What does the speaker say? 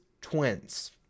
Twins